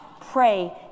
pray